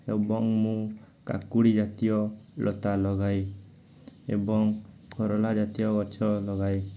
ଏବଂ ମୁଁ କାକୁଡ଼ି ଜାତୀୟ ଲତା ଲଗାଏ ଏବଂ କଲରା ଜାତୀୟ ଗଛ ଲଗାଏ